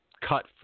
cut